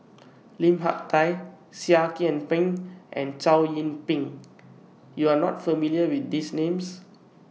Lim Hak Tai Seah Kian Peng and Chow Yian Ping YOU Are not familiar with These Names